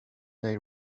they